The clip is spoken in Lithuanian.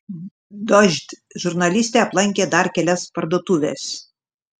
dožd žurnalistė aplankė dar kelias parduotuves